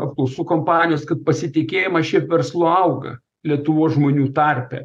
apklausų kompanijos kaip pasitikėjimas šiuo verslu auga lietuvos žmonių tarpe